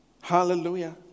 Hallelujah